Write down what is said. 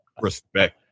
respect